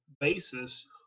basis